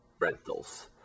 rentals